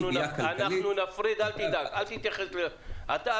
אנחנו נפריד, אל תדאג.